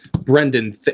Brendan